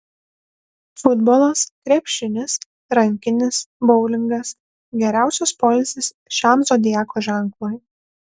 futbolas krepšinis rankinis boulingas geriausias poilsis šiam zodiako ženklui